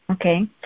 Okay